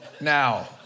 Now